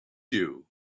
you